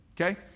okay